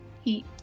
heat